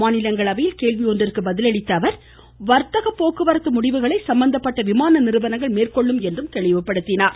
மாநிலங்களவையில் கேள்வி ஒன்றிற்கு அளித்த பதிலில் வர்த்தக போக்குவரத்து முடிவுகளை சம்மந்தப்பட்ட விமான நிறுவனங்கள் மேற்கொள்ளும் என்றார்